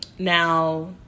Now